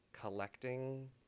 collecting